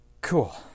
cool